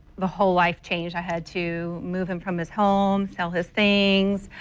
the whole life changed. i had to move him from his home, sell his things,